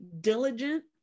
diligent